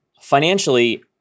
Financially